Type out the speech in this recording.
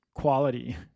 quality